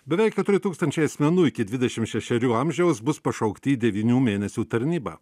beveik keturi tūkstančiai asmenų iki dvidešim šešerių amžiaus bus pašaukti į devynių mėnesių tarnybą